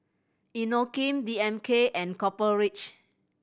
Inokim D M K and Copper Ridge